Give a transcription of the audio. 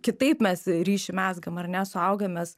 kitaip mes ryšį mezgam ar ne suaugę mes